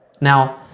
Now